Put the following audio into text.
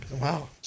Wow